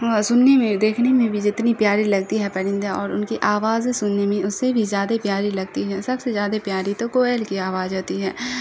سننے میں دیکھنے میں بھی جتنی پیاری لگتی ہے پرندے اور ان کی آوازیں سننے میں اس سے بھی زیادہ پیاری لگتی ہے سب سے زیادہ پیاری تو کوئل کی آواز ہوتی ہے